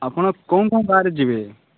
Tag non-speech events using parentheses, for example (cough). ଆପଣ କଉ କଉ (unintelligible) ରେ ଯିବେ